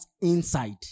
inside